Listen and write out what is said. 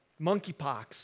monkeypox